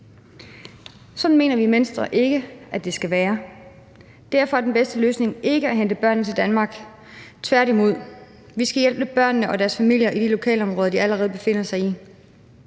Sådan mener vi i Venstre ikke at det skal være. Derfor er den bedste løsning ikke at hente børnene til Danmark, tværtimod: Vi skal hjælpe børnene og deres familier i det lokalområde, de allerede befinder sig i.